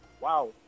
wow